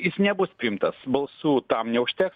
jis nebus priimtas balsų tam neužteks